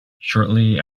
shortly